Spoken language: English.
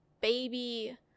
baby